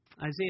Isaiah